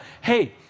Hey